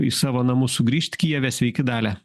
į savo namus sugrįžt kijeve sveiki dalia